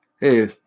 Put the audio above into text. hey